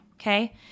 Okay